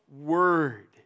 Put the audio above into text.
word